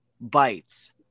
Bites